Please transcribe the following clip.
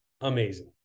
Amazing